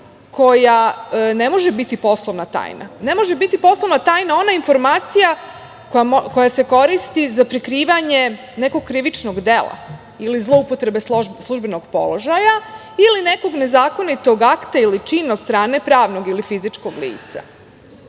koja ne može biti poslovna tajna, ne može biti poslovna tajna ona informacija koja se koristi za prikrivanje nekog krivičnog dela ili zloupotrebe službenog položaja ili nekog nezakonitog akta ili čina od strane pravnog ili fizičkog lica. Kada